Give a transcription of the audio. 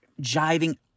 jiving